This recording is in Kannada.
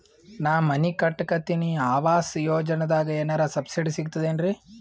ನಾ ಮನಿ ಕಟಕತಿನಿ ಆವಾಸ್ ಯೋಜನದಾಗ ಏನರ ಸಬ್ಸಿಡಿ ಸಿಗ್ತದೇನ್ರಿ?